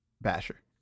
Basher